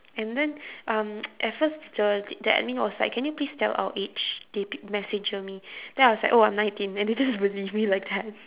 and then um at first the the admin was like can you please tell our age they P~ messenger me then I was like oh I'm nineteen then they just believed me like that